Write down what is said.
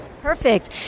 Perfect